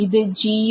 ഇത് g യും